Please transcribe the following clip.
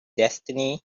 destiny